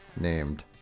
named